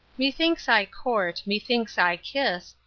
methinks i court, methinks i kiss,